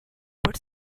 por